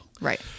right